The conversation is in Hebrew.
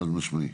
חד משמעי.